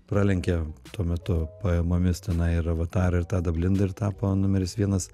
pralenkė tuo metu pajamomis tenai ir avatarą ir tadą blindą ir tapo numeris vienas